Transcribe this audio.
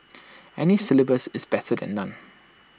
any syllabus is better than none